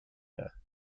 her